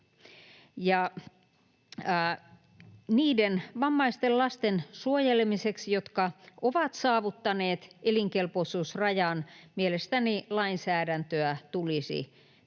niiden vammaisten lasten suojelemiseksi, jotka ovat saavuttaneet elinkelpoisuusrajan. Eli olipa abortin etiikasta